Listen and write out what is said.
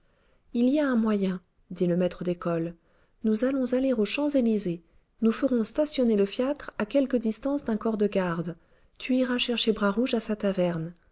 il y a un moyen dit le maître d'école nous allons aller aux champs-élysées nous ferons stationner le fiacre à quelque distance d'un corps de garde tu iras chercher bras rouge à sa taverne